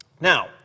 Now